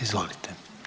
Izvolite.